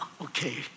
okay